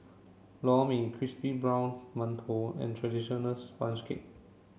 Lor Mee crispy golden brown mantou and traditional sponge cake